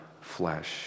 flesh